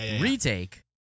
retake